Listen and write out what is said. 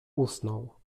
usnął